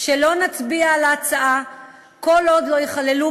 שלא נצביע על ההצעה כל עוד לא ייכללו